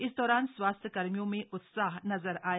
इस दौरान स्वास्थ्यकर्मियों में उत्साह नजर आया